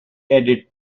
edit